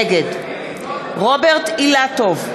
נגד רוברט אילטוב,